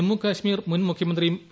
ജമ്മുകാശ്മീർ മുൻ മുഖ്യമന്ത്രിയും പി